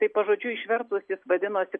tai pažodžiui išvertus jis vadinosi